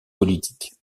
politique